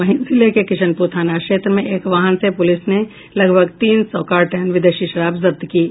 वहीं जिले के किशनपुर थाना क्षेत्र में एक वाहन से पुलिस ने लगभग तीन सौ कार्टन विदेशी शराब जब्त की है